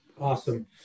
Awesome